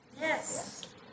Yes